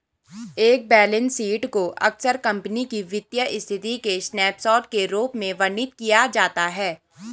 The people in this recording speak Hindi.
एक बैलेंस शीट को अक्सर कंपनी की वित्तीय स्थिति के स्नैपशॉट के रूप में वर्णित किया जाता है